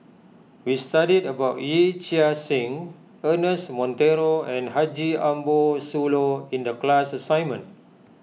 we studied about Yee Chia Hsing Ernest Monteiro and Haji Ambo Sooloh in the class assignment